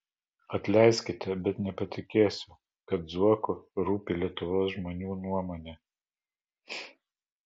atleiskite bet nepatikėsiu kad zuoku rūpi lietuvos žmonių nuomonė